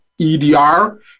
EDR